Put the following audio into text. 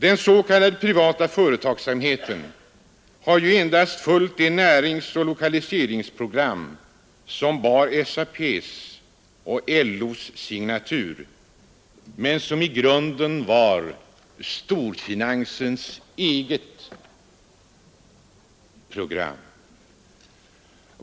Denna s.k. privata företagsamhet har ju endast följt det näringsoch skapa en statlig lokaliseringsprogram som var SAP:s och LO:s signatur, men som i grunden var storfinansens eget program.